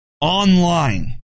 online